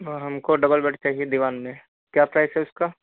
हमको double bed चाहिए दीवान मे क्या प्राइस है उसका